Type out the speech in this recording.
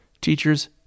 Teachers